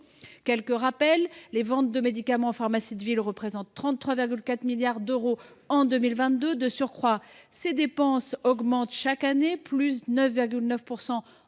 Pour rappel, les ventes de médicaments en pharmacie de ville ont représenté 33,4 milliards d’euros en 2022. De surcroît, ces dépenses augmentent chaque année : la hausse